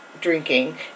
drinking